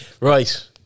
Right